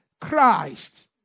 Christ